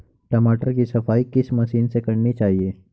टमाटर की सफाई किस मशीन से करनी चाहिए?